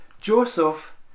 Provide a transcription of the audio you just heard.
Joseph